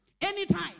anytime